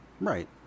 Right